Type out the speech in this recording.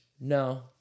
No